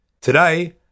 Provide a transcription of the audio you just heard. Today